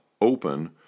open